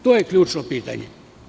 To je ključno pitanje.